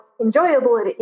enjoyable